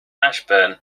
ashburn